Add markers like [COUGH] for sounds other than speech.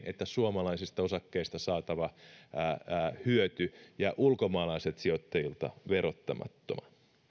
[UNINTELLIGIBLE] että suomalaisista osakkeista saatava hyöty jää ulkomaalaisilta sijoittajilta verottamatta